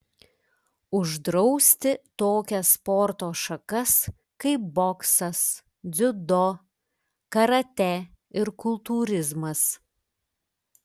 uždrausti tokias sporto šakas kaip boksas dziudo karatė ir kultūrizmas